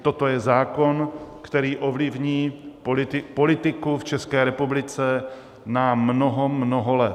Toto je zákon, který ovlivní politiku v České republice na mnoho, mnoho let.